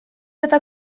eta